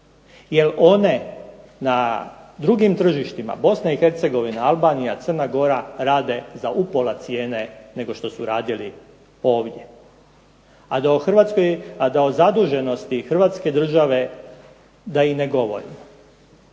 Jer one na drugim tržištima, BiH, Albanija, Crna Gora rade za upola cijene nego što su radili ovdje. A da o zaduženosti hrvatske države da i ne govorim.